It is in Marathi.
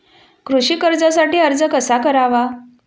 कृषी कर्जासाठी अर्ज कसा करावा?